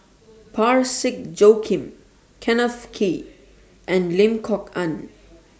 Parsick Joaquim Kenneth Kee and Lim Kok Ann